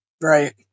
Right